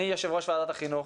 אני יושב-ראש ועדת החינוך,